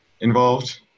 involved